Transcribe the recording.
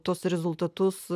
tuos rezultatus